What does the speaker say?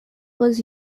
was